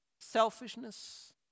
selfishness